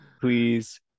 please